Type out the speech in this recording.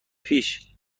پیش